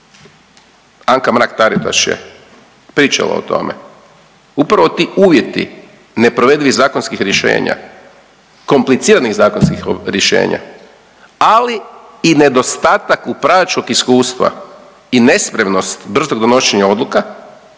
Anka Mrak-Taritaš je pričala o tome. Upravo ti uvjeti neprovedivih zakonskih rješenja, kompliciranih zakonskih rješenja ali i nedostatak upravljačkog iskustva i nespremnost brzog donošenja odluka